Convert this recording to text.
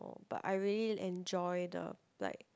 but I really enjoy the like